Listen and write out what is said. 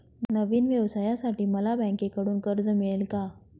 नवीन व्यवसायासाठी मला बँकेकडून कर्ज मिळेल का?